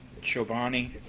Chobani